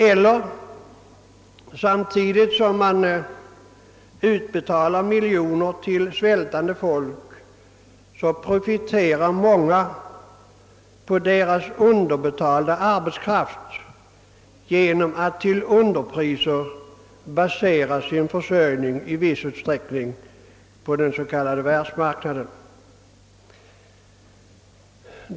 Samtidigt som man utbetalar miljoner till svältande folk profiterar många på deras underbetalda arbetskraft genom att i viss utsträckning basera sin försörjning på underpriserna på den s.k. världsmarknaden.